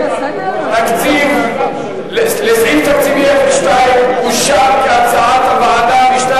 סעיף תקציבי 02 אושר כהצעת הוועדה לשנת